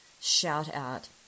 shout-out